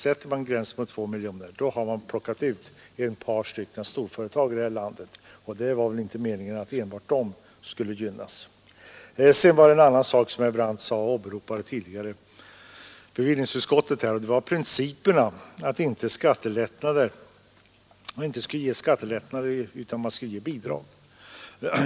Sätter man en gräns på 2 miljoner, har man plockat ut ett par stora företag här i landet, och det var väl inte meningen att enbart de skulle gynnas. Herr Brandt har också nämnt bevillningsutskottets princip att man inte skall ge skattelättnader, utan bidrag.